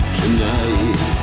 tonight